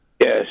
Yes